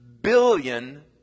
billion